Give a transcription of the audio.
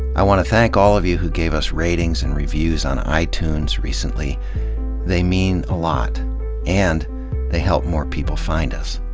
i want to thank all of you who gave us ratings and reviews on itunes recently they mean a lot and they help more people find us.